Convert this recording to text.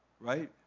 right